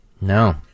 No